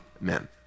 men